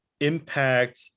impact